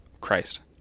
Christ